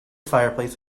fireplace